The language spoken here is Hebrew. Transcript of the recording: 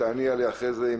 תעני עליה אחרי זה.